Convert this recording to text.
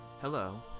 Hello